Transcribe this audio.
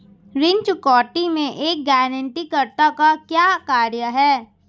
ऋण चुकौती में एक गारंटीकर्ता का क्या कार्य है?